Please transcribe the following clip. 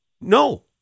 No